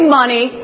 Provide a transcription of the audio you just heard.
money